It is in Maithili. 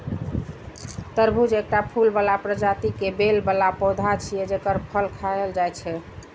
तरबूज एकटा फूल बला प्रजाति के बेल बला पौधा छियै, जेकर फल खायल जाइ छै